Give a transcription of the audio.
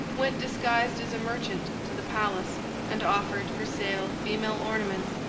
went disguised as a merchant to the palace and offered for sale female ornaments,